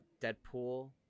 deadpool